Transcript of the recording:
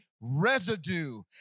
residue